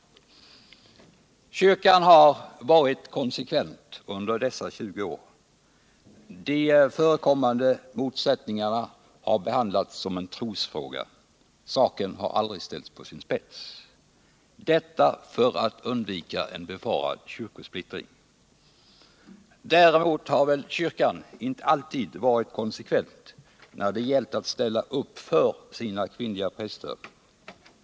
Kyrkan har varit konsekvent under dessa 20 år. De förekommande motsättningarna har behandlats som en trosfråga. Saken har aldrig ställts på sin spets — detta för att undvika en befarad kyrkosplittring. Däremot har väl kyrkan inte alltid varit konsekvent när det gällt att ställa upp för sina kvinnliga präster.